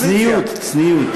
צניעות, צניעות.